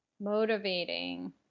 motivating